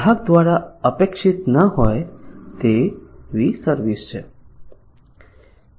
ગ્રાહક દ્વારા અપેક્ષિત ન હોય તેવી સર્વિસ છે